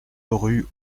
rue